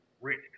rich